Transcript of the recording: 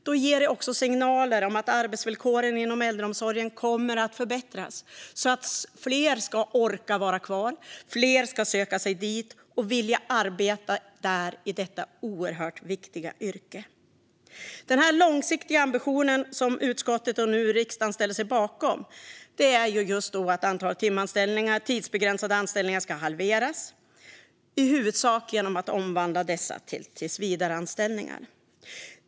Det ger också signaler om att arbetsvillkoren inom äldreomsorgen kommer att förbättras så att fler ska orka vara kvar och fler ska söka sig dit och vilja arbeta i detta oerhört viktiga yrke. Den långsiktiga ambitionen som utskottet och nu riksdagen ställer sig bakom gäller att antalet timanställningar och tidsbegränsade anställningar ska halveras i huvudsak genom att omvandla dessa till tillsvidareanställningar.